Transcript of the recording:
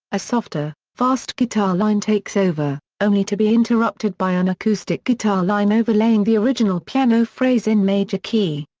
a softer, fast guitar line takes over, only to be interrupted by an acoustic guitar line overlaying the original piano phrase in major key.